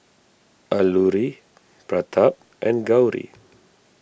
Alluri Pratap and Gauri